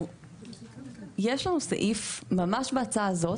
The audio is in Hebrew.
יש לנו סעיף ממש בהצעה הזאת,